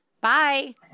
Bye